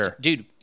dude